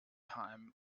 time